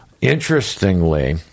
interestingly